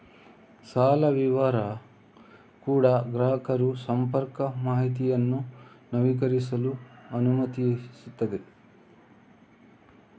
ಸಾಲ ವಿವರ ಕೂಡಾ ಗ್ರಾಹಕರು ಸಂಪರ್ಕ ಮಾಹಿತಿಯನ್ನು ನವೀಕರಿಸಲು ಅನುಮತಿಸುತ್ತದೆ